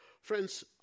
Friends